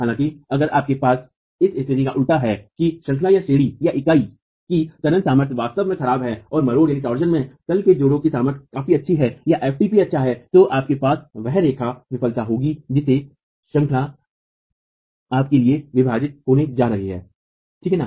हालांकि अगर आपके पास इस स्थिति का उल्टा है कि श्रंखला श्रेणी की तनन सामर्थ्य वास्तव में खराब है और मरोड़ में तल के जोड़ों की सामर्थ्य काफी अच्छी है या ftp अच्छा है तो आपके पास वह रेखा विफलता होगी जिसे श्रंखला श्रेणी आपके लिए विभाजित होना जा रही हैठीक है न